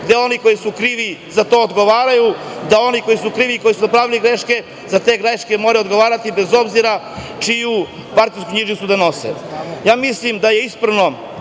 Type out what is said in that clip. da oni koji su krivi za to odgovaraju, da oni koji su krivi, koji su napravili greške, za te greške moraju odgovarati, bez obzira čiju partijsku knjižicu nose. Mislim da je ispravno